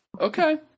Okay